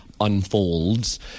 unfolds